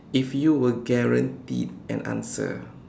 if you were guaranteed an answer